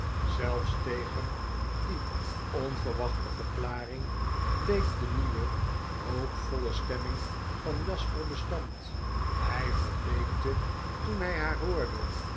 zelfs tegen die onverwachte verklaring bleek de nieuwe hoopvolle stemming van jasper bestand hy verbleekte toen hy haar hoorde